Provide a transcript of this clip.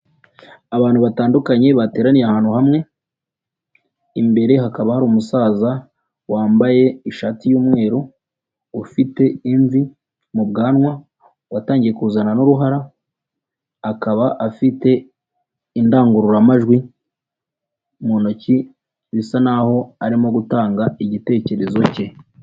Abantu batandukanye bateraniye ahantu hamwe, imbere hakaba hari umusaza, wambaye ishati y'umweru, ufite imvi mu bwanwa, watangiye kuzana n'uruhara, akaba afite indangururamajwi mu ntoki, bisa naho arimo gutanga igitekerezo cye.